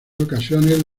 ocasiones